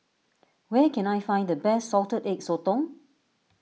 where can I find the best Salted Egg Sotong